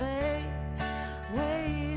they say